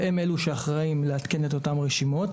והם אלו שאחראים לעדכן את אותן רשימות.